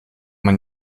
man